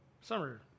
summer